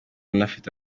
anafite